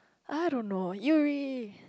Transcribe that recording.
I don't know Yuri